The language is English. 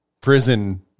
prison